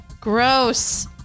Gross